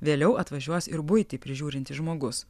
vėliau atvažiuos ir buitį prižiūrintis žmogus